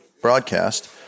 broadcast